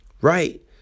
right